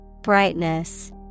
Brightness